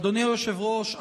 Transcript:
אדוני היושב-ראש,